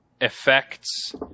effects